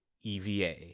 EVA